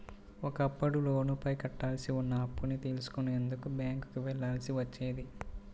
ఒకప్పుడు లోనుపైన కట్టాల్సి ఉన్న అప్పుని తెలుసుకునేందుకు బ్యేంకుకి వెళ్ళాల్సి వచ్చేది